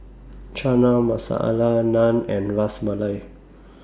Chana Masala Naan and Ras Malai